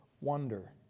wonder